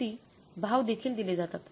शेवटी भाव देखील दिले जातात